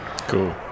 Cool